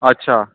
अच्छा